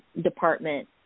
department